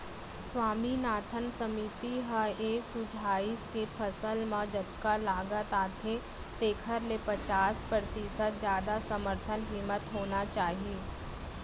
स्वामीनाथन समिति ह ए सुझाइस के फसल म जतका लागत आथे तेखर ले पचास परतिसत जादा समरथन कीमत होना चाही